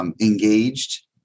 engaged